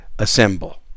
assemble